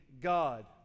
God